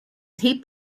tape